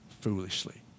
foolishly